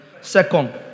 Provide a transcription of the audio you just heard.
Second